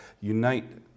unite